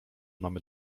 mamy